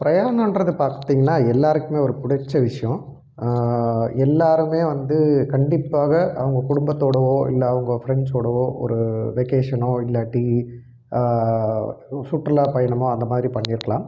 பிரயாணன்றது பார்த்திங்கனா எல்லோருக்குமே ஒரு பிடிச்ச விஷயம் எல்லோருமே வந்து கண்டிப்பாக அவங்க குடும்பத்தோடவோ இல்லை அவங்க ஃப்ரெண்ட்ஸோடவோ ஒரு வெக்கேஷனோ இல்லாட்டி சுற்றுலா பயணமோ அந்தமாதிரி பண்ணியிருக்கலாம்